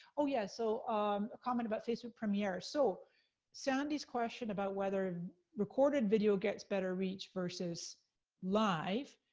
oh yeah, so a comment about facebook premier. so sandy's question about whether recorded video gets better reach versus live,